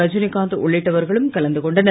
ரஜினிகாந்த் உள்ளிட்டவர்களும் கலந்து கொண்டனர்